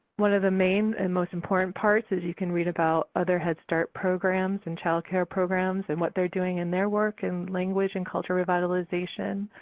one of the main and most important parts is you can read about other head start programs and child care programs, and what they're doing in their work and language and cultural revitalization.